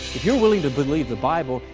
you're willing to believe the bible,